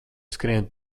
skrien